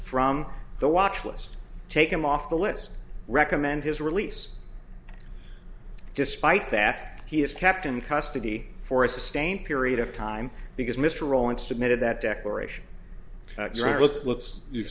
from the watch list take him off the list recommend his release despite that he is kept in custody for a sustained period of time because mr rowland submitted that declaration let's let's you